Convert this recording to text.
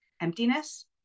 emptiness